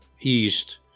east